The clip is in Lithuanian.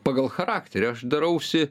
pagal charakterį aš darausi